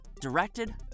directed